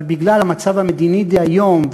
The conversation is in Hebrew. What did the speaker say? אבל בגלל המצב המדיני דהיום,